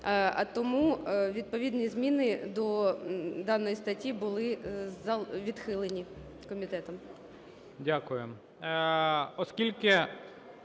А тому відповідні зміни до даної статті були відхилені комітетом.